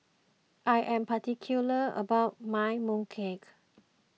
I am particular about my Mooncake